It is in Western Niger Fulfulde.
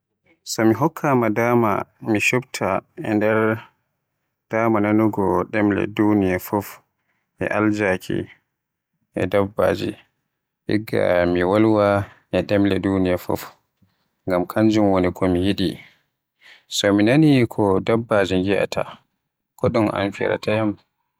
So mi hokkama dama mi chubta e nder dama nanugo ɗemle duniyaa fu e aljaaki e dabbaje, igga mi wolwe e ɗemle duniyaa fuf. ngam kanjum woni ko mi yiɗi. so mi naani ko dabbiji ngiyaata ko ɗum amfiraatan.